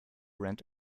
rent